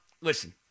listen